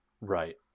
Right